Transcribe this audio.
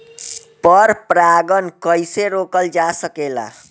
पर परागन कइसे रोकल जा सकेला?